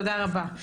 תודה רבה.